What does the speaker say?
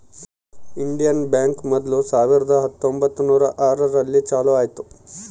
Indian bank ಮೊದ್ಲು ಸಾವಿರದ ಹತ್ತೊಂಬತ್ತುನೂರು ಆರು ರಲ್ಲಿ ಚಾಲೂ ಆಯ್ತು